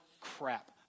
crap